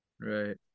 Right